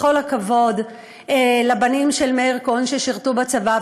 בכל הכבוד לבנים של מאיר כהן ששירתו בצבא,